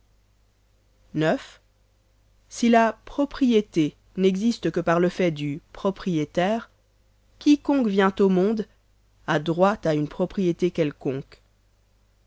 ix si la propriété n'existe que par le fait du propriétaire quiconque vient au monde a droit à une propriété quelconque